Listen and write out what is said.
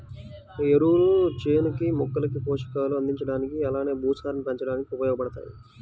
ఎరువులు చేనుకి, మొక్కలకి పోషకాలు అందించడానికి అలానే భూసారాన్ని పెంచడానికి ఉపయోగబడతాయి